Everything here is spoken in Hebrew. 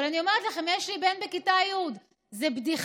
אני אומרת לכם, יש לי בן בכיתה י' זו בדיחה.